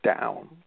down